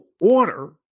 order